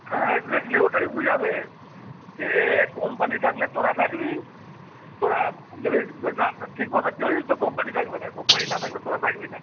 হ্যাঁ এক্সাটলি ওইটাই বোঝাবেন যে কোম্পানি থাকলে তোরা থাকবি তোরা যদি না ঠিক মতো চলিস তো কোম্পানি থাকবে না কোম্পানি না থাকলে তোরা থাকবি না